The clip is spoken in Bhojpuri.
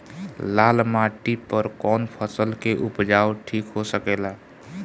लाल माटी पर कौन फसल के उपजाव ठीक हो सकेला?